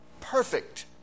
perfect